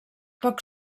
poc